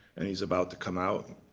and he's about to come out.